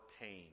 pain